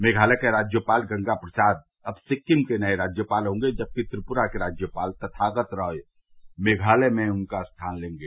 मेघालय के राज्यपाल गंगा प्रसाद अब सिक्किम के नए राज्यपाल होंगे जबकि त्रिपुरा के राज्यपाल तथागत रॉय मेघालय में उनका स्थान लेंगे